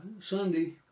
Sunday